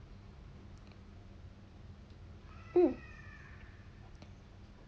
mm